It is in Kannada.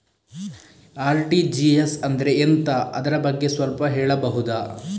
ಆರ್.ಟಿ.ಜಿ.ಎಸ್ ಅಂದ್ರೆ ಎಂತ ಅದರ ಬಗ್ಗೆ ಸ್ವಲ್ಪ ಹೇಳಬಹುದ?